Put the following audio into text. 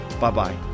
Bye-bye